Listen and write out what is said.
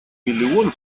миллион